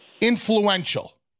influential